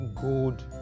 good